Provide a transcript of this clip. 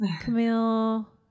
Camille